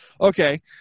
Okay